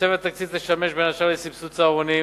תוספת התקציב תשמש בין השאר לסבסוד צהרונים,